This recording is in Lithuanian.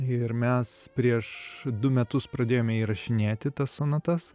ir mes prieš du metus pradėjome įrašinėti tas sonatas